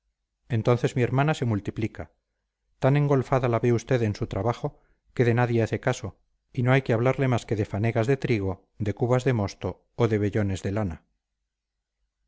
entonces mi hermana se multiplica tan engolfada la ve usted en su trabajo que de nadie hace caso y no hay que hablarle más que de fanegas de trigo de cubas de mosto o de vellones de lana